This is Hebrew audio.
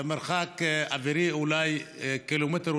במרחק אווירי של קילומטר,